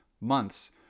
months